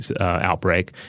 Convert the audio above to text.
outbreak